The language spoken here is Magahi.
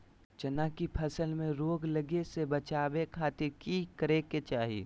चना की फसल में रोग लगे से बचावे खातिर की करे के चाही?